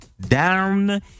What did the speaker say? down